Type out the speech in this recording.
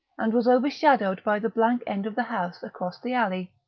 and was over-shadowed by the blank end of the house across the alley.